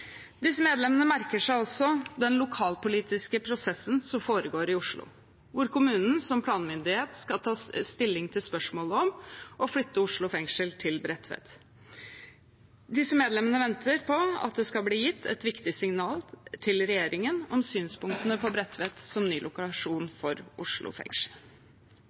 Disse medlemmene merker seg også den lokalpolitiske prosessen som foregår i Oslo, hvor kommunen som planmyndighet skal ta stilling til spørsmålet om å flytte Oslo fengsel til Bredtvet. Disse medlemmene venter på at det skal bli gitt et viktig signal til regjeringen om synspunktene på Bredtvet som ny lokasjon for Oslo fengsel.